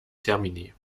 terminé